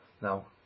Now